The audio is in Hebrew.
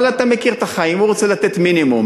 אבל אתה מכיר את החיים, והוא רוצה לתת מינימום.